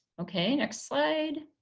okay next slide.